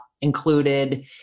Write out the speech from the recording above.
included